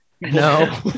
No